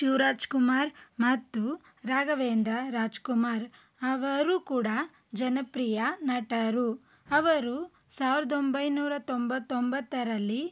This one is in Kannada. ಶಿವರಾಜ್ಕುಮಾರ್ ಮತ್ತು ರಾಘವೇಂದ್ರ ರಾಜ್ಕುಮಾರ್ ಅವರೂ ಕೂಡ ಜನಪ್ರಿಯ ನಟರು ಅವರು ಸಾವಿರದ ಒಂಬೈನೂರ ತೊಂಬತ್ತೊಂಬತ್ತರಲ್ಲಿ